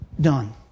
done